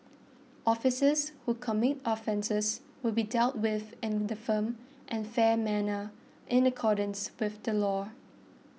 officers who commit offences will be dealt with in a firm and fair manner in accordance with the law